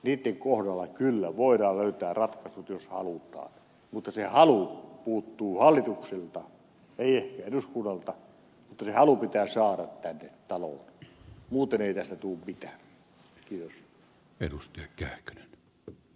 niitten kohdalla kyllä voidaan löytää ratkaisut jos halutaan mutta se halu puuttuu hallitukselta ei ehkä eduskunnalta mutta se halu pitää saada tänne taloon muuten ei tästä tule mitään